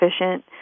efficient